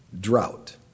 drought